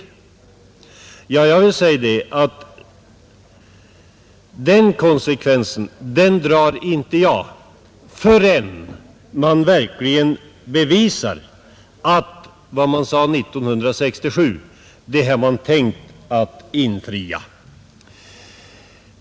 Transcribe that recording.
Jag vill säga att den konsekvensen drar inte jag förrän man verkligen visar att vad man sade 1967 har man tänkt infria.